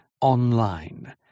online